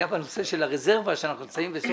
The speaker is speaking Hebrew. היה בנושא של הרזרבה שאנחנו נמצאים בתוך